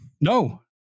No